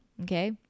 Okay